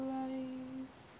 life